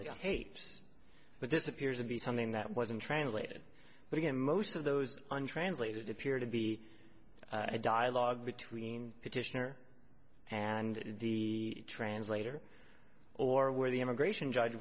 tapes but this appears to be something that wasn't translated but again most of those and translated appear to be a dialogue between petitioner and the translator or where the immigration judge